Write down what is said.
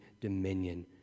dominion